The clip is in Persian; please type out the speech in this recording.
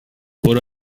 برو